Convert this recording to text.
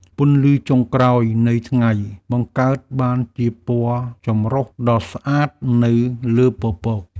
ពន្លឺចុងក្រោយនៃថ្ងៃ បង្កើតបានជាពណ៌ចម្រុះដ៏ស្អាតនៅលើពពក។